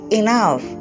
enough